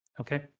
Okay